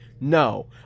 no